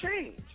change